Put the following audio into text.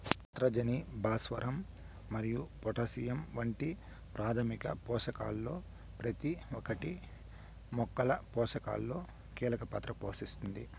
నత్రజని, భాస్వరం మరియు పొటాషియం వంటి ప్రాథమిక పోషకాలలో ప్రతి ఒక్కటి మొక్కల పోషణలో కీలక పాత్ర పోషిస్తుంది